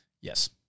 Yes